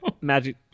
magic